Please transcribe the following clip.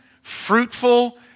fruitful